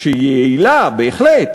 שהיא יעילה, בהחלט,